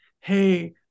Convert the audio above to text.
Hey